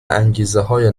انگیزههای